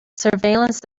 surveillance